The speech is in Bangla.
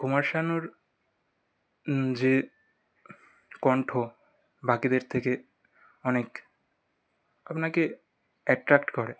কুমার শানুর যে কণ্ঠ বাকিদের থেকে অনেক আপনাকে অ্যাট্রাক্ট করে